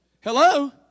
Hello